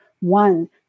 one